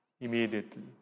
immediately